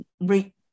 re